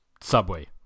Subway